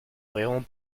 riront